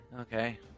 Okay